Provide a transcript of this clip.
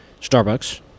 Starbucks